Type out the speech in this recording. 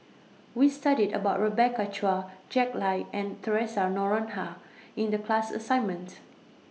We studied about Rebecca Chua Jack Lai and Theresa Noronha in The class assignment